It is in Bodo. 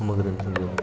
अमा गोरानखौ